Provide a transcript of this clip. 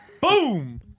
Boom